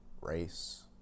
race